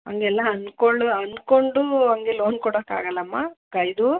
ಹಂಗೆಲ್ಲ ಅನ್ಕೊಳ್ಳೋ ಅಂದ್ಕೊಂಡು ಹಾಗೆ ಲೋನ್ ಕೊಡಕ್ಕೆ ಆಗೋಲಮ್ಮ ಕೈದು